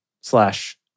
slash